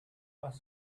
was